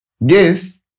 Yes